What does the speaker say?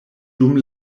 dum